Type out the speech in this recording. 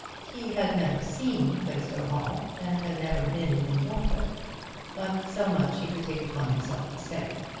he had never seen plaistow hall, and had never been in norfolk but so much he could take upon himself to say,